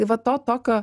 tai va to tokio